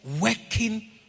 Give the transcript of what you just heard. working